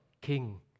king